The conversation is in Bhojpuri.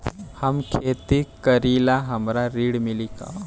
हम खेती करीले हमरा ऋण मिली का?